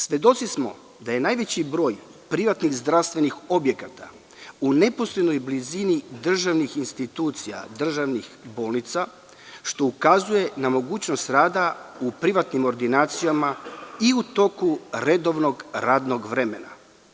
Svedoci smo da je najveći broj privatnih zdravstvenih objekata u neposrednoj blizini državnih institucija, državnih bolnica, što ukazuje na mogućnost rada u privatnim ordinacijama i u toku redovnog radnog vremena.